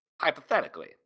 hypothetically